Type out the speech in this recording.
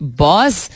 boss